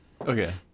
Okay